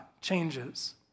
changes